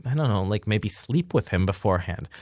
and and um like maybe sleep with him beforehand?